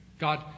God